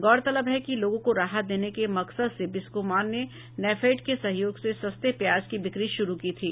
गौरतलब है कि लोगों को राहत देने के मकसद से बिस्कोमान ने नेफेड के सहयोग से सस्ते प्याज की बिक्री शुरू की थी